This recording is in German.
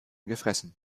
gefressen